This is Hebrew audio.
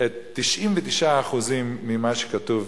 99% ממה שכתוב